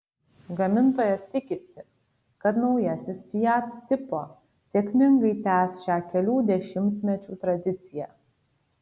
gamintojas tikisi kad naujasis fiat tipo sėkmingai tęs šią kelių dešimtmečių tradiciją